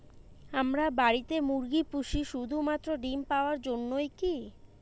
আমরা বাড়িতে মুরগি পুষি শুধু মাত্র ডিম পাওয়ার জন্যই কী?